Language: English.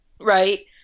right